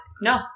No